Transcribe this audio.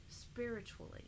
spiritually